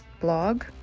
blog